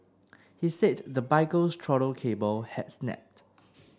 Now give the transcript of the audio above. he said the biker's throttle cable had snapped